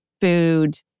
food